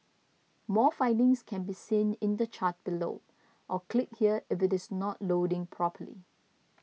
more findings can be seen in the chart below or click here if it is not loading properly